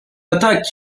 attaque